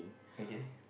okay